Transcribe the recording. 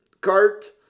cart